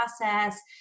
process